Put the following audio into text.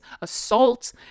assault